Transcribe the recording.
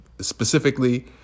Specifically